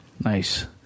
Nice